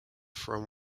from